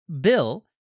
Bill